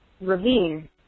ravine